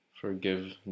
forgive